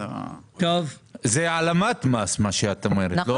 זה העלמת מס, מה שאת אומרת.